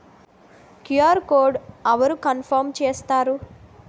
QR code అవరు confirm చేస్తారు?